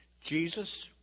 Jesus